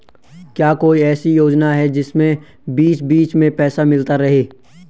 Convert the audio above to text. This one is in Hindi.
क्या कोई ऐसी योजना है जिसमें बीच बीच में पैसा मिलता रहे?